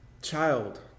child